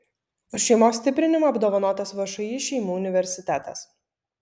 už šeimos stiprinimą apdovanotas všį šeimų universitetas